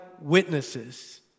witnesses